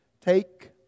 take